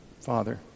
Father